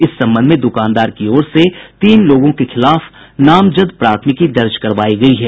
इस संबंध में दुकानदार की ओर से तीन लोगों के खिलाफ नामजद प्राथमिकी दर्ज करवायी गयी है